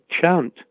chant